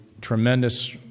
tremendous